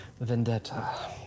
vendetta